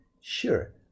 Sure